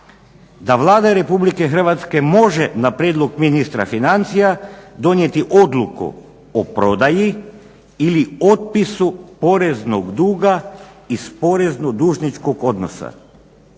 da Vlada Republike Hrvatske može na prijedlog ministra financija donijeti odluku o prodaji ili otpisu poreznog duga iz porezno-dužničkog odnosa.